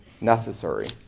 necessary